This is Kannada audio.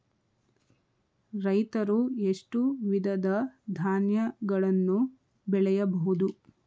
ರೈತರು ಎಷ್ಟು ವಿಧದ ಧಾನ್ಯಗಳನ್ನು ಬೆಳೆಯಬಹುದು?